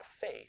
faith